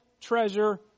treasure